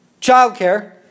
childcare